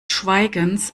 schweigens